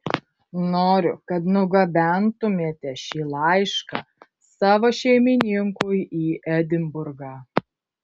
noriu kad nugabentumėte šį laišką savo šeimininkui į edinburgą